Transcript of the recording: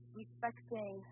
respecting